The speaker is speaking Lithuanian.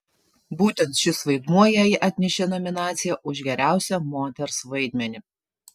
būtent šis vaidmuo jai atnešė nominaciją už geriausią moters vaidmenį